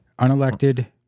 Unelected